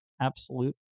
absolute